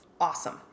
awesome